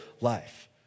life